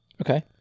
okay